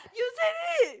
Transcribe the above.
you said it